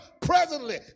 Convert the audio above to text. presently